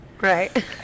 Right